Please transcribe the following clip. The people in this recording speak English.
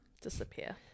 disappear